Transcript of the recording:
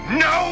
no